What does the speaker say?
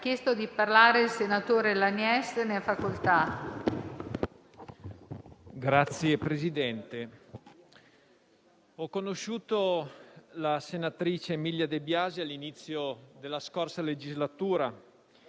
ho conosciuto la senatrice Emilia De Biasi all'inizio della scorsa legislatura,